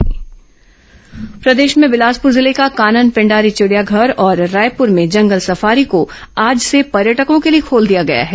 चिड़ियाघर प्रदेश में बिलासपुर जिले का कानन पेंडारी विड़ियाघर और रायपुर में जंगल सफारी को आज से पर्यटकों के लिए खोल दिया गया है